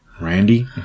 Randy